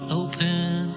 open